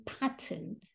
pattern